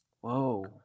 Whoa